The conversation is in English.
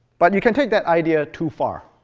but you can take that idea too far.